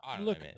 look